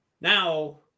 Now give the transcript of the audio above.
now